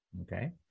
Okay